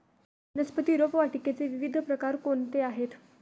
वनस्पती रोपवाटिकेचे विविध प्रकार कोणते आहेत?